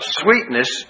sweetness